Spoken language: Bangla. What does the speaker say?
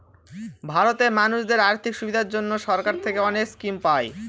ভারতে মানুষদের আর্থিক সুবিধার জন্য সরকার থেকে অনেক স্কিম পায়